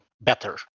better